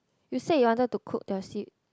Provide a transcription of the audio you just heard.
you said you wanted to cook the seed